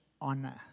honor